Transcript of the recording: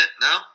no